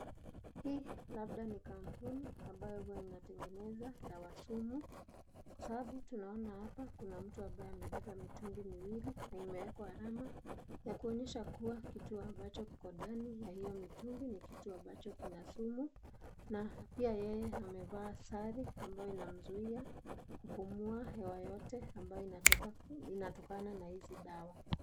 Hii, labda ni kampuni, ambayo huwa inatengeneza, dawa sumu, kwa sababu tunaona hapa kuna mtu ambae amebeba mitungi miwili, na imeekwa alama, ya kuonyesha kuwa kitu ambayo kiko ndani ya hio mitungi ni kitu ambacho kina sumu, na pia yeye amevaa sare, ambayo inamzuia, kupumua hewa yoyote ambayo inatokana na hizi dawa.